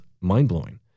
mind-blowing